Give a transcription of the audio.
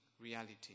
reality